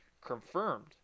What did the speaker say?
confirmed